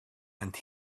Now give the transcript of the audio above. and